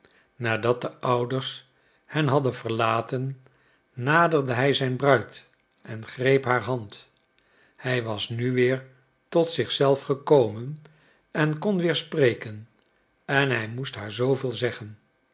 nadat de ouders hen hadden verlaten naderde hij zijn bruid en greep haar hand hij was nu weer tot zich zelf gekomen en kon weer spreken en hij moest haar zooveel zeggen